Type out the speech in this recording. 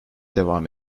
devam